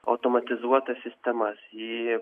automatizuotas sistemas į